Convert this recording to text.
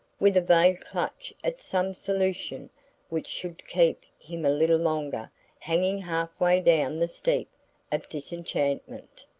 with a vague clutch at some solution which should keep him a little longer hanging half-way down the steep of disenchantment.